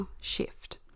shift